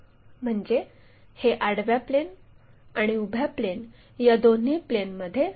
म्हणजे हे आडव्या प्लेन आणि उभ्या प्लेन या दोन्ही प्लेनमध्ये बनते